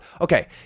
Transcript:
okay